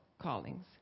callings